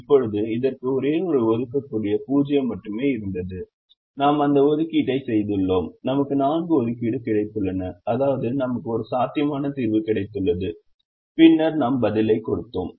இப்போது இதற்கு ஒரே ஒரு ஒதுக்கக்கூடிய 0 மட்டுமே இருந்தது நாம் அந்த ஒதுக்கீட்டை செய்துள்ளோம் நமக்கு 4 ஒதுக்கீடு கிடைத்துள்ளன அதாவது நமக்கு ஒரு சாத்தியமான தீர்வு கிடைத்துள்ளது பின்னர் நாம் பதிலைக் கொடுத்தோம்